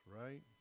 right